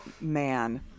man